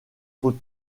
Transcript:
faut